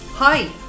Hi